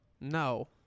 No